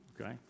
okay